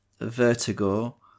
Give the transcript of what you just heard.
Vertigo